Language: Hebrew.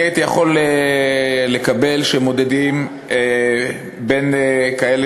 אני הייתי יכול לקבל שמודדים בין כאלה